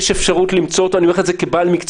יש אפשרות למצוא אותו ואני אומר לך את זה כבעל מקצוע.